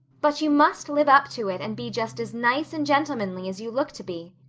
but you must live up to it and be just as nice and gentlemanly as you look to be.